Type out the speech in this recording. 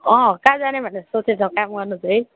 अँ कहाँ जाने भनेर सोचेछौ काम गर्नु चाहिँ